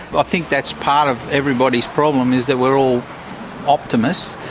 i think that's part of everybody's problem, is that we're all optimists.